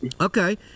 Okay